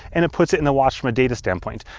and it puts it in the watch from a data standpoint.